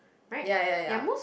ya ya ya